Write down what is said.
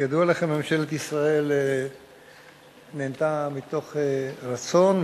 ידוע לכם שממשלת ישראל נענתה מתוך רצון,